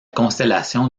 constellation